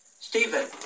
Stephen